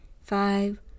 five